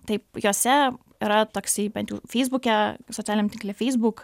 taip juose yra toksai bent jau feisbuke socialiniam tinkle feisbuk